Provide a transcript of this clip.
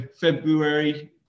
February